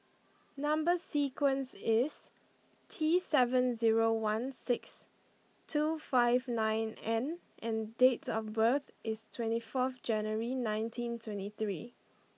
number sequence is T seven zero one six two five nine N and date of birth is twenty four January nineteen twenty three